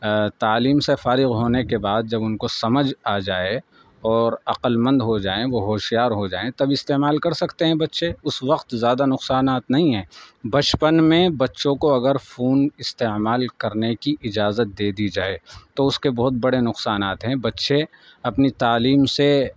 تعلیم سے فارغ ہونے کے بعد جب ان کو سمجھ آ جائے اور عقلمند ہو جائیں وہ ہوشیار ہو جائیں تب استعمال کر سکتے ہیں بچے اس وقت زیادہ نقصانات نہیں ہیں بچپن میں بچوں کو اگر فون استعمال کرنے کی اجازت دے دی جائے تو اس کے بہت بڑے نقصانات ہیں بچے اپنی تعلیم سے